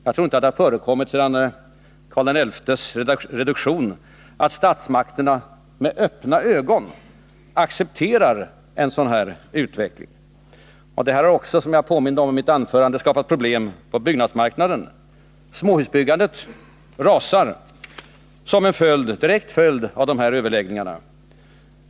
Jag tror inte att det förekommit sedan Karl XI:s reduktion att statsmakterna med öppna ögon accepterat en sådan här utveckling. Detta har också, som jag påminde om i mitt anförande, skapat problem på byggnadsmarknaden. Småhusbyggandet rasar som en direkt följd av dessa överläggningar.